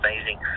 amazing